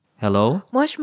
Hello